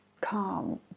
calm